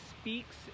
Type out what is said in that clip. speaks